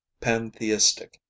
pantheistic